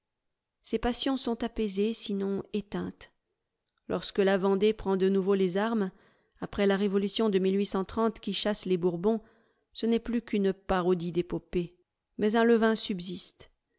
ces passions sont apaisées sinon éteintes lorsque la vendée prend de nouveau les armes après la révolution de io qui chasse les bourbons ce n'est plus qu'une parodie d'épopée mais un levain subsiste